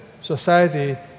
society